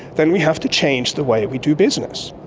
then we have to change the way we do business.